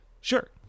Sure